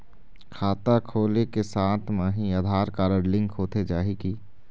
खाता खोले के साथ म ही आधार कारड लिंक होथे जाही की?